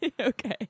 Okay